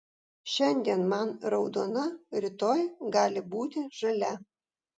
šiandien man raudona rytoj gali būti žalia